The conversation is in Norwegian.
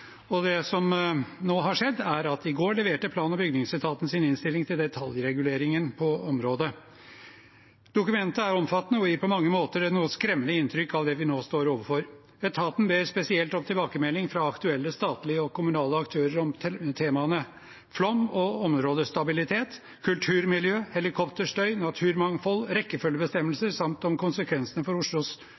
Det som nå har skjedd, er at plan- og bygningsetaten i går leverte sin innstilling til detaljreguleringen av området. Dokumentet er omfattende og gir på mange måter et noe skremmende inntrykk av det vi nå står overfor. Etaten ber spesielt om tilbakemelding fra aktuelle statlige og kommunale aktører om temaene flom og områdestabilitet, kulturmiljø, helikopterstøy, naturmangfold, rekkefølgebestemmelser samt om konsekvensene for